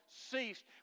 ceased